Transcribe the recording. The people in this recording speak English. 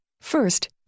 First